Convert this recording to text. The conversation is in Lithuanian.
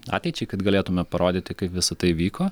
ateičiai kad galėtume parodyti kaip visa tai vyko